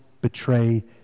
betray